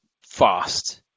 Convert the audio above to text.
fast